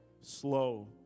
slow